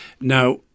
Now